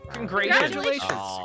Congratulations